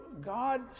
God